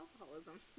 alcoholism